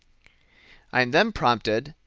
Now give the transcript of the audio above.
i am then prompted,